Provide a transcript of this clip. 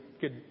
good